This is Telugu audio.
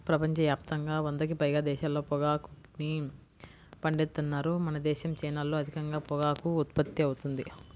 ప్రపంచ యాప్తంగా వందకి పైగా దేశాల్లో పొగాకుని పండిత్తన్నారు మనదేశం, చైనాల్లో అధికంగా పొగాకు ఉత్పత్తి అవుతుంది